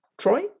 Troy